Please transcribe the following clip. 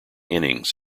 innings